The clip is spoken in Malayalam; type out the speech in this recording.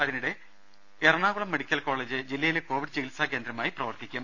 അതിനിടെ എറണാകുളം മെഡിക്കൽ കോളജ് ജില്ലയിലെ കോവിഡ് ചികിത്സ കേന്ദ്രമായി പ്രവർത്തിക്കും